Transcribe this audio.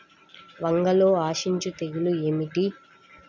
వంగలో ఆశించు తెగులు ఏమిటి?